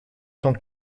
tant